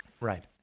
Right